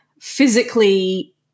physically